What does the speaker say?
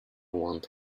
want